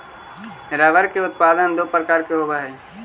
rubber के उत्पादन दो प्रकार से होवऽ हई